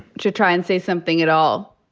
to try and say something at all.